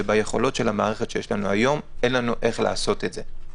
וביכולות של המערכת שיש לנו היום אין לנו איך לעשות את זה.